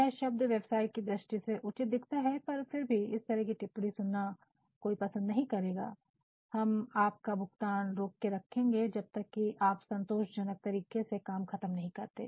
यह शब्द व्यवसाय की दृष्टि से उचित दिखता है पर फिर भी कोई इस तरह की टिप्पणी सुनना पसंद नहीं करेगा कि "हम आपका भुगतान रोक के रखेंगे जब तक की आप संतोषजनक तरीके से काम खत्म नहीं करते